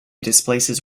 displaces